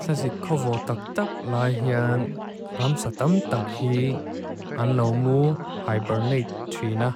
Tlasikovotaktak laia ramsatamtak hi an lo mu hibernate tuina.